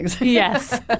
Yes